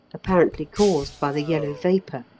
apparently caused by the yellow vapour.